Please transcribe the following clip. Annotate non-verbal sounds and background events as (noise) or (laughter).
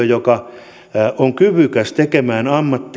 (unintelligible) joka on kyvykäs tekemään